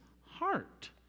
heart